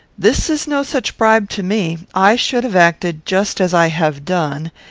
this is no such bribe to me. i should have acted just as i have done,